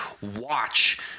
watch